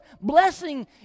blessing